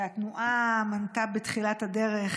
והתנועה מנתה בתחילת הדרך,